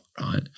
right